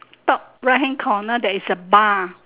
top right hand corner there is a bar